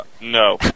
no